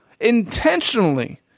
intentionally